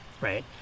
right